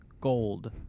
gold